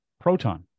Proton